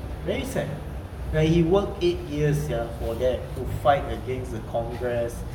very sad like he worked eight years sia for that would fight against the congress